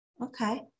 Okay